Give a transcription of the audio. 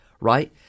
right